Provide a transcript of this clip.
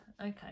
Okay